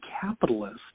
capitalist